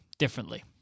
Differently